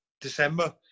December